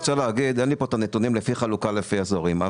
אין לי פה את הנתונים לפי חלוקה לפי אזורים.